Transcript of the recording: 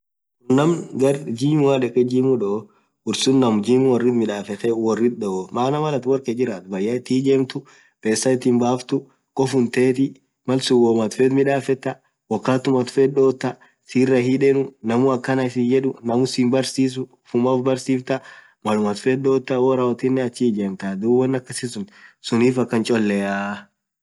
naaam garr gym dhekhe gym dhoo urrsun naaam gym worithi midhafethu worithi midafethe worithi dhoo maaana Mal athin worr khake jiraathu bayya ithii hijemthuu pesaaa ithii bassithuu khofum thethi malsun womm athifeth midhafetha wakhati atiin fethu dhotha sirrah hihidhenuu namuu akhan siyedhu nammu sibarsisu ufuman uffbarsiftha mallum atin fethu dhotha worrayothinen achii ijamthaa dhub won akasisun sunnif akhan cholea